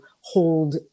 hold